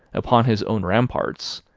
upon his own ramparts,